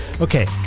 Okay